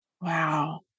Wow